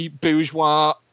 bourgeois